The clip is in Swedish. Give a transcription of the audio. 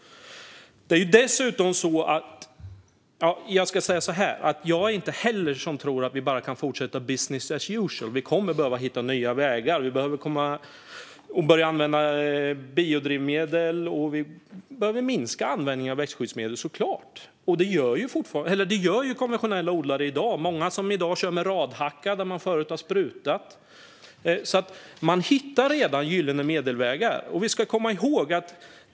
Jag tror inte heller att vi bara kan fortsätta med business as usual. Vi kommer att behöva hitta nya vägar, börja använda biodrivmedel och minska användningen av växtskyddsmedel, såklart, och det gör konventionella odlare i dag. Det är många som i dag kör med radhacka där man förut har sprutat. Man hittar alltså redan gyllene medelvägar.